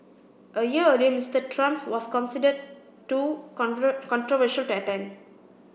a year earlier Mister Trump was considered too controversial to attend